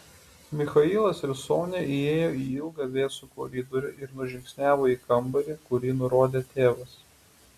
michailas ir sonia įėjo į ilgą vėsų koridorių ir nužingsniavo į kambarį kurį nurodė tėvas